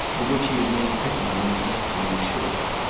of which he had made every one in that room sure.